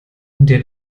der